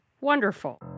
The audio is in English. Wonderful